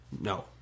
No